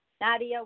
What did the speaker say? Nadia